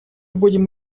будем